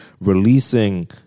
releasing